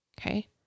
okay